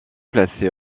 placé